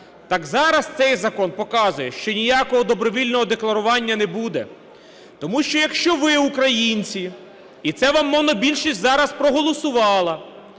Так зараз цей закон показує, що ніякого добровільного декларування не буде. Тому що якщо ви, українці, і це вам монобільшість зараз проголосувала,